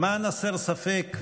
למען הסר ספק,